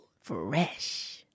Fresh